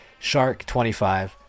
SHARK25